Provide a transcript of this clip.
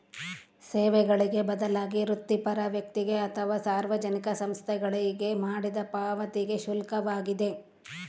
ಸೇವೆಗಳಿಗೆ ಬದಲಾಗಿ ವೃತ್ತಿಪರ ವ್ಯಕ್ತಿಗೆ ಅಥವಾ ಸಾರ್ವಜನಿಕ ಸಂಸ್ಥೆಗಳಿಗೆ ಮಾಡಿದ ಪಾವತಿಗೆ ಶುಲ್ಕವಾಗಿದೆ